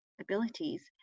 abilities